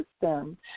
system